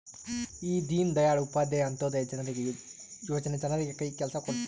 ಈ ದೀನ್ ದಯಾಳ್ ಉಪಾಧ್ಯಾಯ ಅಂತ್ಯೋದಯ ಯೋಜನೆ ಜನರಿಗೆ ಕೈ ಕೆಲ್ಸ ಕೊಡುತ್ತೆ